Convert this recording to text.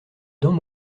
dents